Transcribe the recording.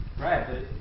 Right